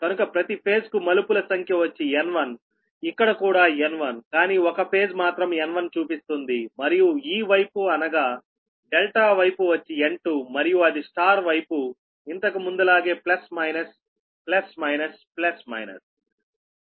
కనుక ప్రతి ఫేజ్ కు మలుపుల సంఖ్య వచ్చి N1ఇక్కడ కూడాN1 కానీ ఒక ఫేజ్ మాత్రం N1చూపిస్తుంది మరియు ఈ వైపు అనగా ∆ వైపు వచ్చి N2 మరియు అది Y వైపు ఇంతకు ముందు లాగే plus minus plus minus plus minus